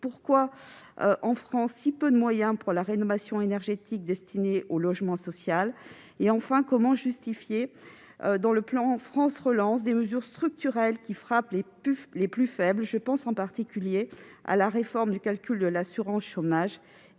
destine-t-elle si peu de moyens à la rénovation énergétique du logement social ? Enfin, comment justifier, dans le plan France Relance, des mesures structurelles frappant les plus faibles ? Je pense en particulier à la réforme du calcul de l'assurance chômage